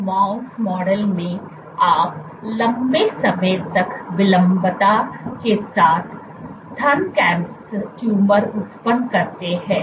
तो इस mouse model में आप लंबे समय तक विलंबता के साथ स्तन ट्यूमर उत्पन्न करते हैं